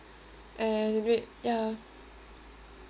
and re~ ya